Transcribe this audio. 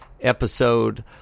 episode